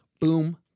boom